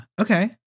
okay